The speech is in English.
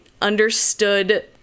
understood